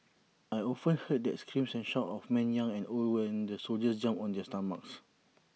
I often heard the screams and shouts of men young and old when the soldiers jumped on their stomachs